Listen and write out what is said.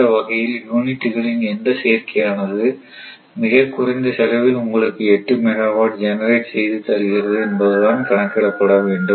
இந்த வகையில் யுனிட்டுகளின் எந்த சேர்க்கையானது மிகக் குறைந்த செலவில் உங்களுக்கு 8 மெகாவாட் ஜெனரேட் செய்து தருகிறது என்பது தான் கணக்கிடப்பட வேண்டும்